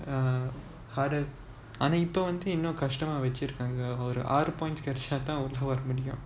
uh harder ஆனா இப்போ வந்து இன்னும் கஷ்டமா வச்சிருக்காங்க ஒரு:aana ippo vanthu innum kastamaa vachirukaanga oru R points கிடைச்சா தான் உள்ள வர முடியும்:kidaichaa thaan ulla vara mudiyum